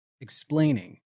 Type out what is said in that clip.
explaining